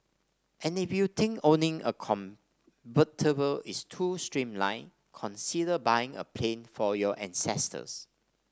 and if you think owning a convertible is too mainstream consider buying a plane for your ancestors